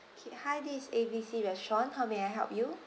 okay hi this is A B C restaurant how may I help you